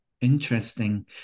Interesting